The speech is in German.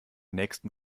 nächsten